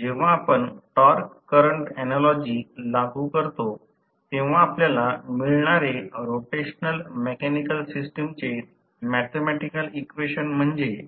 जेव्हा आपण torque current analogy लागू करतो तेव्हा आपल्याला मिळणारे रोटेशनल मेकॅनिकल सिस्टमचे मॅथॅमॅटिकल इक्वेशन म्हणजे